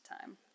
time